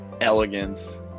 elegance